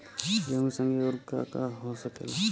गेहूँ के संगे अउर का का हो सकेला?